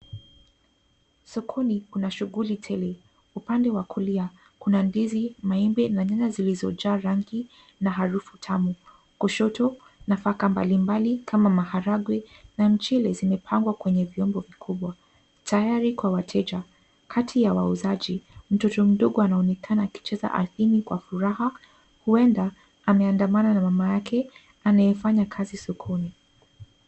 Sokoni kuna shughuli tele, upande wa kulia kuna ndizi maembe na nyanya zilizo jaa rangi na harufu tamu. Kushoto nafaka mbalimbali kama maharagwe na mchele zimepangwa kwenye viungo vikubwa tayari kwa wateja, kati ya wauzaji mtoto mdogo anaonekana akicheza ardhini kwa furaha uenda ame andama na mama yake anaye fanya kazi sokoni.